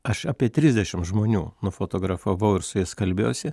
aš apie trisdešim žmonių nufotografavau ir su jais kalbėjausi